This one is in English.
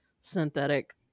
synthetic